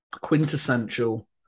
quintessential